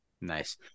Nice